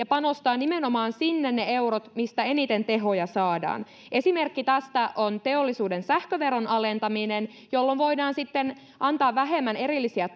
panostaa ne eurot nimenomaan sinne mistä eniten tehoja saadaan esimerkki tästä on teollisuuden sähköveron alentaminen jolloin voidaan sitten antaa vähemmän erillisiä